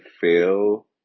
feel